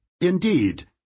Indeed